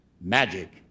Magic